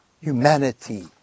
Humanity